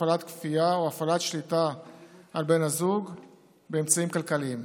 הפעלת כפייה או הפעלת שליטה על בן הזוג באמצעים כלכליים.